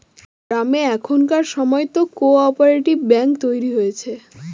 গ্রামে এখনকার সময়তো কো অপারেটিভ ব্যাঙ্ক তৈরী হয়েছে